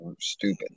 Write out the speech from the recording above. stupid